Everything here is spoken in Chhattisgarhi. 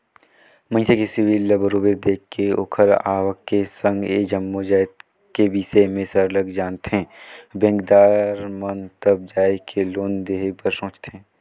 मइनसे के सिविल ल बरोबर देख के ओखर आवक के संघ ए जम्मो जाएत के बिसे में सरलग जानथें बेंकदार मन तब जाएके लोन देहे बर सोंचथे